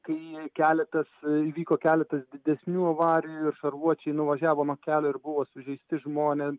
kai keletas įvyko keletas didesnių avarijų ir šarvuočiai nuvažiavo nuo kelio ir buvo sužeisti žmonės